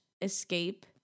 escape